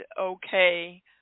okay